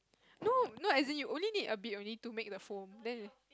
no no as in you only need a bit only to make the foam then